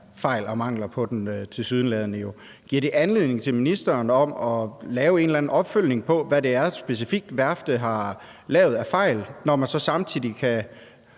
fejl og mangler, der jo tilsyneladende er på den, giver det så anledning for ministeren til at lave en opfølgning på, hvad det specifikt er, værftet har lavet af fejl, når man samtidig kan